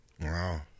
Wow